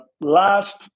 last